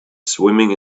swimming